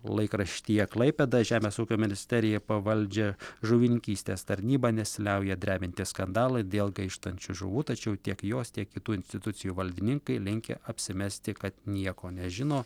laikraštyje klaipėda žemės ūkio ministerijai pavaldžią žuvininkystės tarnybą nesiliauja drebinti skandalai dėl gaištančių žuvų tačiau tiek jos tiek kitų institucijų valdininkai linkę apsimesti kad nieko nežino